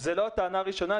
זאת לא הטענה הראשונה,